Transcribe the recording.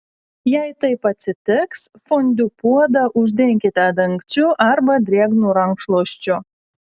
jei taip atsitiks fondiu puodą uždenkite dangčiu arba drėgnu rankšluosčiu